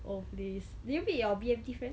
oh please did your B_M_T friends